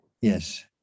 yes